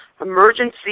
emergency